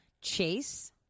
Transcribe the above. Chase